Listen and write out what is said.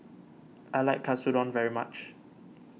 I like Katsudon very much